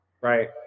right